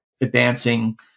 advancing